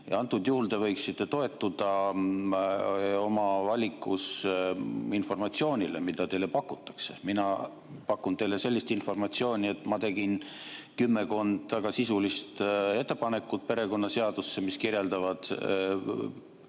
Antud juhul te võiksite toetuda oma valikus informatsioonile, mida teile pakutakse. Mina pakun teile sellist informatsiooni, et ma tegin kümmekond väga sisulist ettepanekut perekonnaseadusesse, mis kirjeldavad